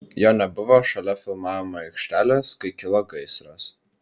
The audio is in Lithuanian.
jo nebuvo šalia filmavimo aikštelės kai kilo gaisras